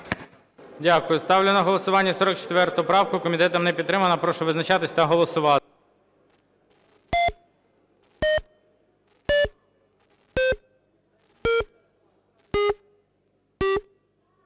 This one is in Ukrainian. Дякую. Ставлю на голосування 44 правку. Комітетом не підтримана. Прошу визначатись та голосувати.